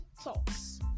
thoughts